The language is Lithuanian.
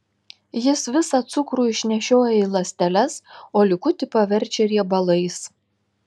jis visą cukrų išnešioja į ląsteles o likutį paverčia riebalais